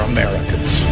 Americans